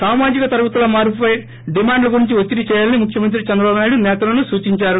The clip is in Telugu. సామాజిక తరగతుల మార్పుపై డిమాండ్ల గురించి ఒత్తిడి చేయాలని ముఖ్యమంత్రి చంద్రబాబు నాయుడు సేతలకు సూచిందారు